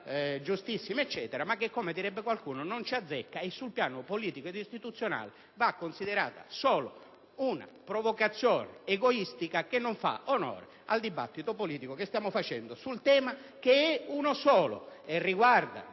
giustissima, ma che come direbbe qualcuno «non ci azzecca» e sul piano politico e istituzionale va considerata solo una provocazione egoistica che non fa onore al dibattito politico che stiamo svolgendo sul tema, che è uno solo e riguarda